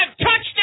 touchdown